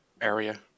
area